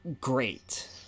great